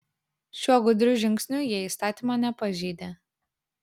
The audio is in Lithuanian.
šiuo gudriu žingsniu jie įstatymo nepažeidė